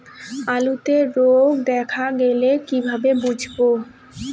আলুতে রোগ দেখা দিলে কিভাবে বুঝবো?